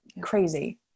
crazy